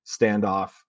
standoff